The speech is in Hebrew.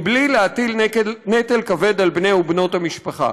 בלי להטיל נטל כבד על בני ובנות המשפחה.